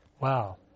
Wow